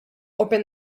open